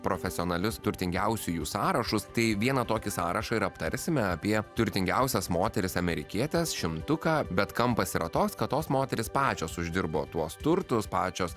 profesionalius turtingiausiųjų sąrašus tai vieną tokį sąrašą ir aptarsime apie turtingiausias moteris amerikietes šimtuką bet kampas yra toks kad tos moterys pačios uždirbo tuos turtus pačios